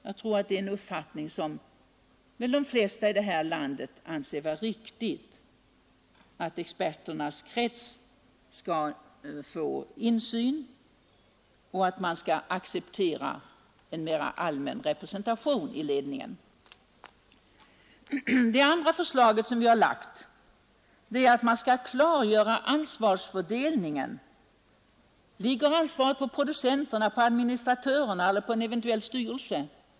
Jag tror att de flesta i det här landet anser den uppfattningen vara riktig att experterna bör få insyn och att en mera allmän representation i ledningen bör accepteras. 2. Man skall klargöra ansvarsfördelningen. Ligger ansvaret för en utställning på producenten, på administratören eller på en eventuell styrelse?